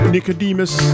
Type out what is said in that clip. Nicodemus